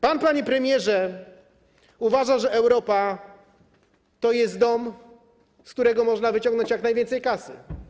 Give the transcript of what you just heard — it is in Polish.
Pan, panie premierze, uważa, że Europa to jest dom, z którego można wyciągnąć jak najwięcej kasy.